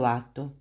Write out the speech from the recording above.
atto